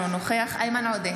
אינו נוכח איימן עודה,